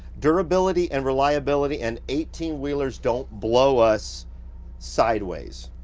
durability and reliability, and eighteen wheelers don't blow us sideways.